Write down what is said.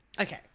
Okay